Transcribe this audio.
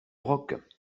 rock